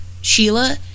Sheila